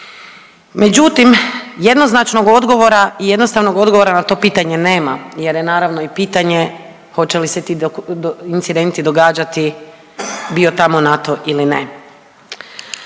Međutim jednoznačnog odgovora i jednostavnog odgovora na to pitanje nema jer je naravno i pitanje hoće li se ti incidenti događati bio tamo NATO ili ne.